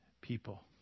people